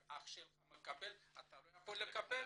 אח שלך מקבל ואתה לא יכול לקבל",